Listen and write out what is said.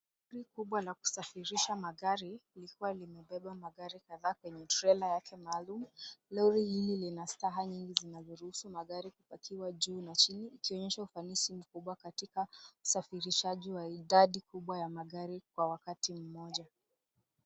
Lori kubwa la kusafirisha magari, likiwa limebeba magari kadhaa kwenye trela maalumu. Lori hili lina staha nyingi zinazoruhusu magari kupakiwa juu na chini, ikionyesha ufanisi mkubwa katika usafirishaji wa idadi kubwa ya magari, kwa wakati mmoja.